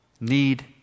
need